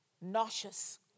nauseous